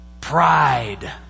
Pride